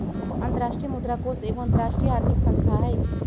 अंतरराष्ट्रीय मुद्रा कोष एगो अंतरराष्ट्रीय आर्थिक संस्था हइ